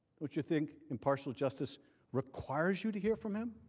but you think impartial justice requires you to hear from him?